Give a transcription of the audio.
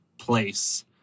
place